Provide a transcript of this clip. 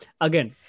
again